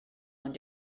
ond